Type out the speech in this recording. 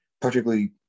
particularly